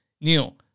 Neil